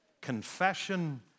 confession